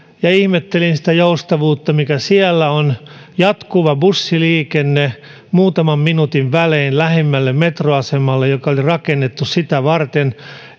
ja ihmettelin sitä joustavuutta mikä siellä on jatkuva bussiliikenne muutaman minuutin välein lähimmälle metroasemalle joka oli rakennettu sitä varten